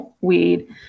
weed